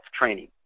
training